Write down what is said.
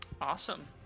Awesome